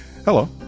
Hello